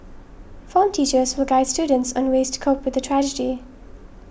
form teachers will guide students on ways to cope with the tragedy